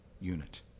unit